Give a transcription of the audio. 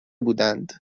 بودند